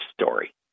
story